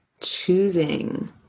choosing